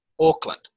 Auckland